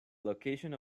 location